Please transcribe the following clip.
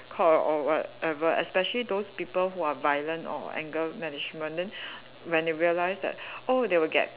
called or whatever especially those people who are violent or anger management then when they realise that oh they will get